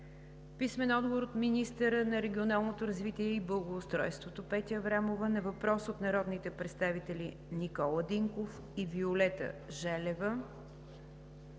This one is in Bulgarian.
Динков; - министъра на регионалното развитие и благоустройството Петя Аврамова на въпрос от народните представители Никола Динков и Виолета Желева;